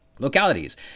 Localities